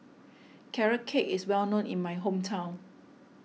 Carrot Cake is well known in my hometown